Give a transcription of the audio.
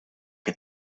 que